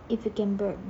if you can burp